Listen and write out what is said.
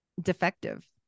defective